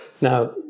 Now